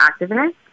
activist